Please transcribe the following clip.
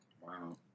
Wow